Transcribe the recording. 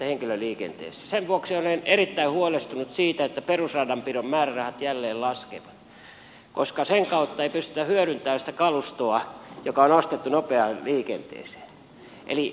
sen vuoksi olen erittäin huolestunut siitä että perusradanpidon määrärahat jälleen laskevat koska sen kautta ei pystytä hyödyntämään sitä kalustoa joka on ostettu nopeaan liikenteeseen